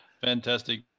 Fantastic